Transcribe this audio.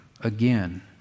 again